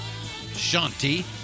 Shanti